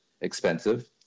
expensive